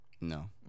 no